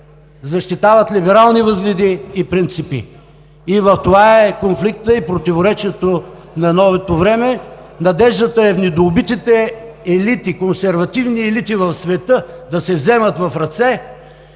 защитават либерални възгледи и принципи. И в това е конфликтът и противоречието на новото време. Надеждата е в недоубитите консервативни елити в света да се вземат в ръце